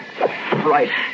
Right